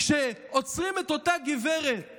כשעוצרים את אותה גברת